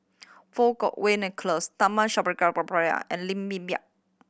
Fang Kuo Wei Nicholas Tharman and Linn In